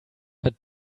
but